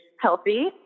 healthy